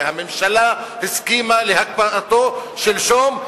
שהממשלה הסכימה להקפאתו שלשום,